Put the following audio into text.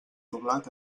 doblat